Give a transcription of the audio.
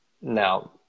Now